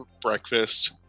breakfast